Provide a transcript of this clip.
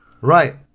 Right